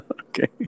okay